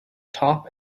top